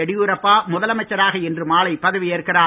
எடியூரப்பா முதலமைச்சராக இன்று மாலை பதவியேற்கிறார்